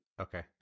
okay